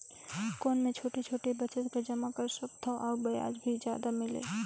कौन मै छोटे छोटे बचत कर जमा कर सकथव अउ ब्याज भी जादा मिले?